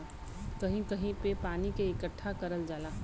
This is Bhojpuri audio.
कहीं कहीं पे पानी के इकट्ठा करल जाला